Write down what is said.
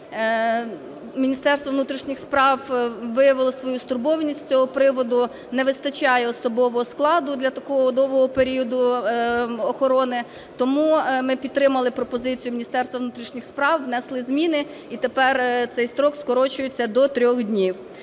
Міністерство внутрішніх справ виявило свою стурбованість з цього приводу: не вистачає особового складу для такого довгого періоду охорони. Тому ми підтримали пропозицію Міністерства внутрішніх справ, внесли зміни і тепер цей строк скорочується до трьох днів.